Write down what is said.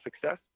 success